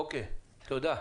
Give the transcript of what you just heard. אוקיי, תודה.